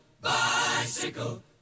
bicycle